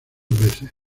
veces